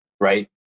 right